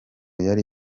yari